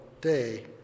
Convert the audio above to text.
day